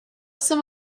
some